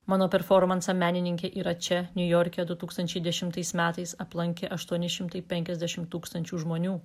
mano performansą menininkė yra čia niujorke du tūkstančiai dešimtais metais aplankė aštuoni šimtai penkiasdešim tūkstančių žmonių